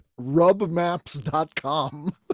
rubmaps.com